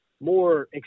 more